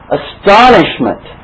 astonishment